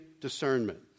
discernment